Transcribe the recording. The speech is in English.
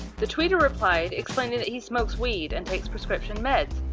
the tweeter replied, explaining that he smokes weed and takes prescription meds.